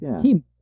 team